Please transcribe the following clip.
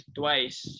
twice